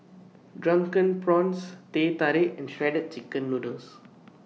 Drunken Prawns Teh Tarik and Shredded Chicken Noodles